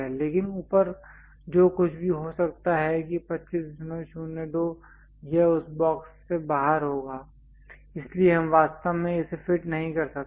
लेकिन ऊपर जो कुछ भी हो सकता है कि 2502 यह उस बॉक्स से बाहर होगा इसलिए हम वास्तव में इसे फिट नहीं कर सकते